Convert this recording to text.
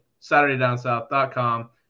SaturdayDownSouth.com